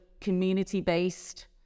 community-based